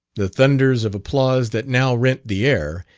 the thunders of applause that now rent the air,